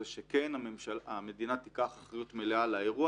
זה שהמדינה תיקח אחריות מלאה על האירוע